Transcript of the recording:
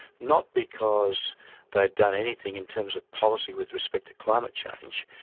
not because they'd done anything in terms of policy with respect to climate change,